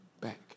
back